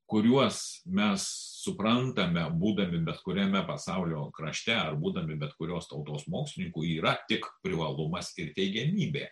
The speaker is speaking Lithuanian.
kuriuos mes suprantame būdami bet kuriame pasaulio krašte būdami bet kurios tautos mokslininku yra tik privalumas ir teigiamybė